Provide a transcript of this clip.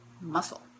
muscle